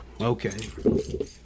Okay